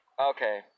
okay